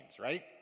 right